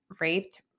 raped